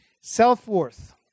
Self-worth